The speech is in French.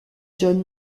john